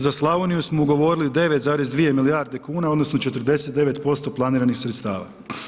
Za Slavoniju smo ugovorili 9,2 milijarde kuna, odnosno 49% planiranih sredstava.